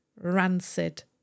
rancid